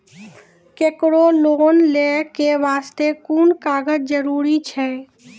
केकरो लोन लै के बास्ते कुन कागज जरूरी छै?